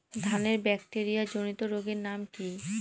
ধানের ব্যাকটেরিয়া জনিত রোগের নাম কি?